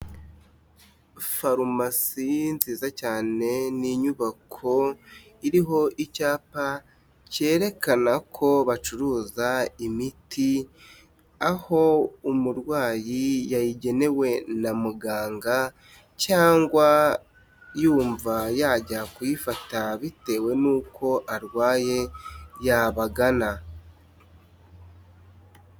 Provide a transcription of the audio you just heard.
Farumasi nziza cyane, ni inyubako iriho icyapa, cyerekana ko bacuruza imiti, aho umurwayi yayigenewe na muganga cyangwa yumva yajya kuyifata bitewe n'uko arwaye, yabagana.